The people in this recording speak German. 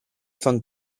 von